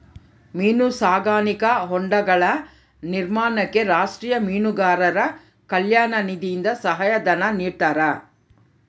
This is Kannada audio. ಮೀನು ಸಾಕಾಣಿಕಾ ಹೊಂಡಗಳ ನಿರ್ಮಾಣಕ್ಕೆ ರಾಷ್ಟೀಯ ಮೀನುಗಾರರ ಕಲ್ಯಾಣ ನಿಧಿಯಿಂದ ಸಹಾಯ ಧನ ನಿಡ್ತಾರಾ?